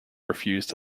refused